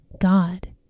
God